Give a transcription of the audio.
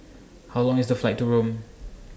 How Long IS The Flight to Rome